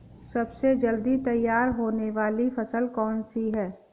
सबसे जल्दी तैयार होने वाली फसल कौन सी है?